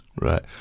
Right